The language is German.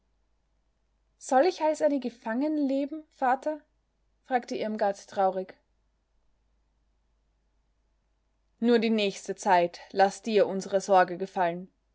soll ich als eine gefangene leben vater fragte irmgard traurig nur die nächste zeit laß dir unsere sorge gefallen